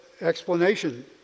explanation